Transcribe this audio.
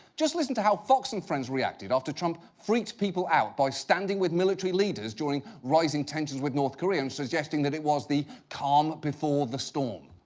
just listen to how fox and friends reacted after trump freaked people out by standing with military leaders during rising tensions with north korea, and suggesting that it was the calm before the storm.